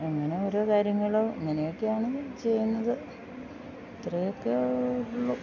അങ്ങനെ ഓരോ കാര്യങ്ങള് ഇങ്ങനെയൊക്കെയാണ് ചെയ്യുന്നത് ഇത്രയൊക്കെ ഉള്ളൂ